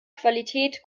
qualität